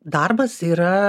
darbas yra